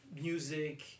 music